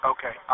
Okay